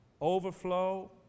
overflow